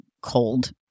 cold